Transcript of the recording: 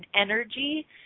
energy